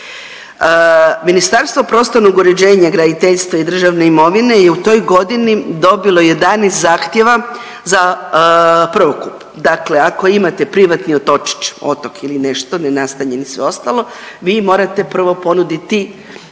Ministarstvo prostornog uređenja, graditeljstva i državne imovine je u toj godini dobilo 11 zahtjeva za prvokup. Dakle, ako imate privatni otočić, otok ili nešto nenastanjen ili sve ostalo vi morate prvo ponuditi